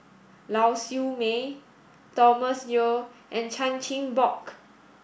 Lau Siew Mei Thomas Yeo and Chan Chin Bock